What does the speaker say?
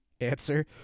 answer